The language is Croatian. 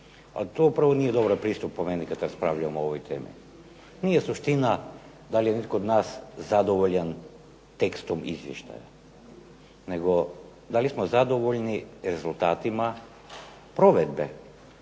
nije dobar pristup po meni kad raspravljamo o ovoj temi. Nije suština da li je netko od nas zadovoljan tekstom izvještaja, nego da li smo zadovoljni rezultatima provedbe